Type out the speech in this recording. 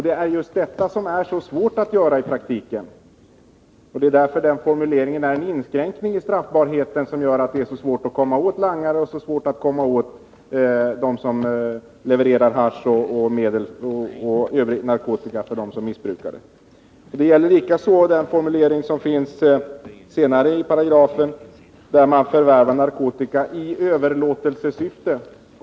Det är just detta som är så svårt i praktiken, och det är därför som den formuleringen är en inskränkning av straffbarheten. Den gör det svårt att komma åt langare och dem som levererar hasch och övrig narkotika åt dem som missbrukar. Detsamma gäller den formulering som finns senare i paragrafen, nämligen att man ”förvärvar narkotika i överlåtelsesyfte”.